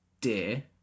dear